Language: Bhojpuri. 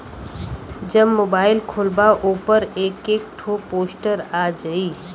जब मोबाइल खोल्बा ओपर एक एक ठो पोस्टर आ जाई